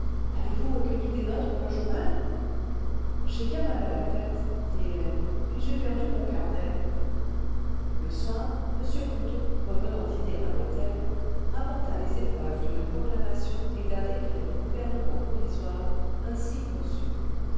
avez-vous recueilli des notes pour le journal j'ai bien mal à la tête dit hélène et j'ai perdu mon carnet le soir m ponto revenant dîner à l'hôtel rapporta les épreuves d'une proclamation et d'un décret du gouvernement provisoire ainsi conçus